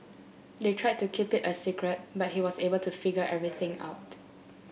they tried to keep it a secret but he was able to figure everything out